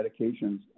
medications